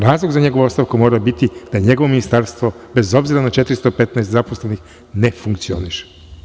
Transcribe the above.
Razlog za njegovu ostavku mora biti da njegovo ministarstvo, bez obzira na 415 zaposlenih ne funkcioniše.